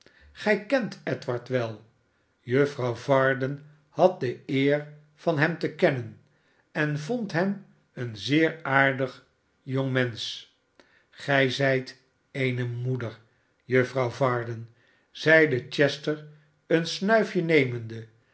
gij kent edward wel juffrouw varden had de eer van hem te kennen en vond hem een zeer aardig jong mensch gij zijt eene moeder juffrouw varden zeide chester een snuifje nemende